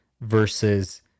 versus